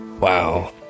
Wow